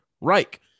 Reich